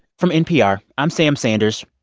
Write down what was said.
from npr, i'm sam sanders.